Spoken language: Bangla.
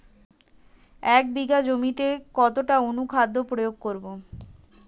এক বিঘা জমিতে কতটা পরিমাণ অনুখাদ্য প্রয়োগ করব?